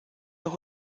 doch